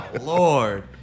lord